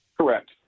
Correct